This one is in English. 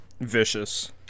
vicious